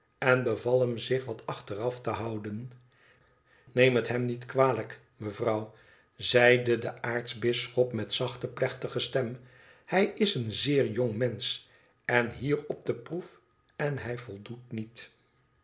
en beval hem zich wat achteraf te houden tneem het hem niet kwalijk mevrouw zeide de aartsbisschop met zachte plechtige stem ihij is een zeer jong mensch en hier op de proec en hij voldoet niet